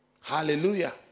Hallelujah